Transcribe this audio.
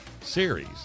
series